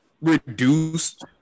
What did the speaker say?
reduced